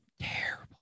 Terrible